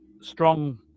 strong